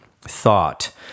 thought